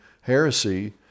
heresy